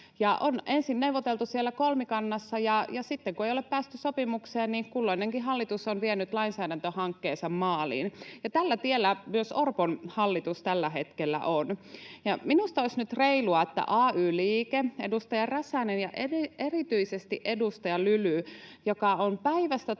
On ensin neuvoteltu siellä kolmikannassa, ja sitten kun ei ole päästy sopimukseen, niin kulloinenkin hallitus on vienyt lainsäädäntöhankkeensa maaliin. Ja tällä tiellä myös Orpon hallitus tällä hetkellä on. Minusta olisi nyt reilua, että ay-liike, edustaja Räsänen ja erityisesti edustaja Lyly, joka on päivästä